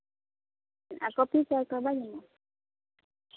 ᱟᱨ coffee ᱪᱟ ᱠᱚ ᱵᱟᱝ ᱧᱟᱢᱚᱜᱼᱟ